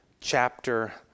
chapter